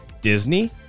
Disney